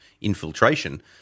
infiltration –